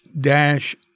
dash